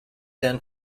then